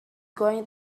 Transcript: going